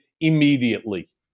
immediately